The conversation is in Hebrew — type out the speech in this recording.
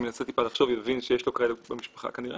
אם ינסה טיפה לחשוב הוא יבין שיש לו כאלה במשפחה כנראה.